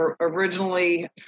originally